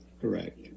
Correct